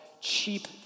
cheap